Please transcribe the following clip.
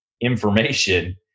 information